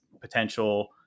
potential